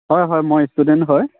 হয় হয় মই ষ্টুডেণ্ট হয়